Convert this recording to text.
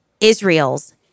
Israel's